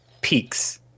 peaks